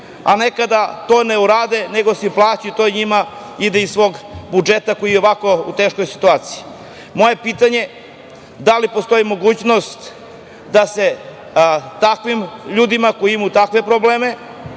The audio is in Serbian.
a nekada to ne urade nego plaćaju i to njima ide iz svog budžeta koji je i ovako u teškoj situaciji. Moje pitanje, da li postoji mogućnost da se takvim ljudima koji imaju takve probleme,